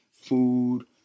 Food